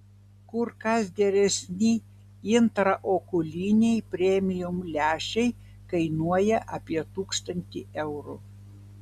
kur kas geresni intraokuliniai premium lęšiai kainuoja apie tūkstantį eurų